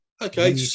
Okay